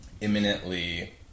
imminently